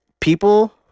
people